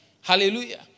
Hallelujah